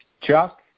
Chuck